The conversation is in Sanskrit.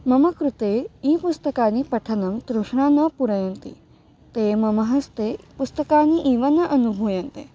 मम कृते ई पुस्तकानि पठनं तृष्णा न पूरयन्ति ते मम हस्ते पुस्तकानि इव न अनुभूयन्ते